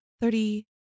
Thirty